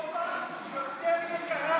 איזה מדינה באירופה יותר יקרה מישראל.